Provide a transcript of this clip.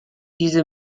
diese